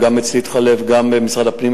גם אצלי וגם במשרד הפנים,